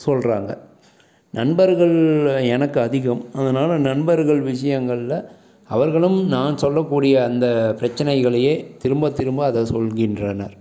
சொல்லுறாங்க நண்பர்கள் எனக்கு அதிகம் அதனால் நண்பர்கள் விஷயங்கள்ல அவர்களும் நான் சொல்லக்கூடிய அந்த பிரச்சனைகளையே திரும்ப திரும்ப அதை சொல்கின்றனர்